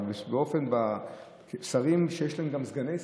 אבל שרים שיש להם גם סגני שרים,